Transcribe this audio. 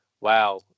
wow